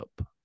up